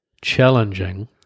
Challenging